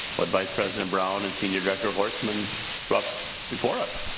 what vice president brown is senior director of horseman brought before us?